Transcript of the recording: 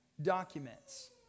Documents